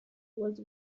was